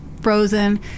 frozen